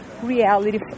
Reality